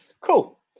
cool